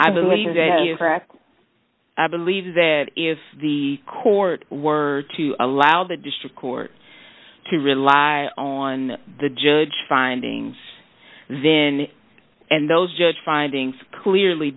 practice i believe that if the court were to allow the district court to rely on the judge findings then and those judge findings clearly